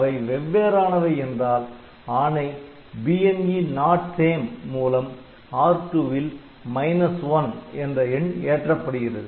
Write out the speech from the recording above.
அவை வெவ்வேறானவை என்றால் ஆணை BNE Notsame மூலம் R2 வில் ' 1' என்ற எண் ஏற்றப்படுகிறது